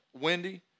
Wendy